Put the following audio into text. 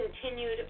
continued